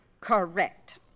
Correct